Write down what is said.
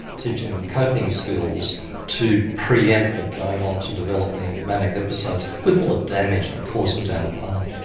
teaching them coping skills to pre-empt them going on to developing manic episodes with all the damage that causes down the path.